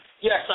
yes